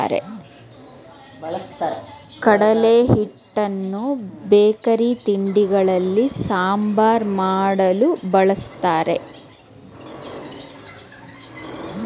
ಕಡಲೆ ಹಿಟ್ಟನ್ನು ಬೇಕರಿ ತಿಂಡಿಗಳಲ್ಲಿ, ಸಾಂಬಾರ್ ಮಾಡಲು, ಬಳ್ಸತ್ತರೆ